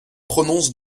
prononce